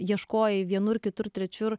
ieškojai vienur kitur trečiur